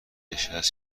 نشت